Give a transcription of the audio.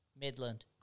Midland